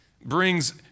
brings